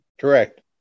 Correct